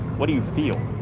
what do you feel?